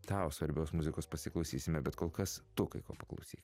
tau svarbios muzikos pasiklausysime bet kol kas tu kai ko paklausyk